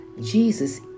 Jesus